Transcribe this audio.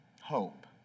Hope